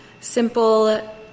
simple